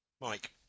Mike